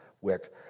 wick